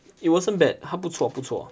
it wasn't bad 它不错不错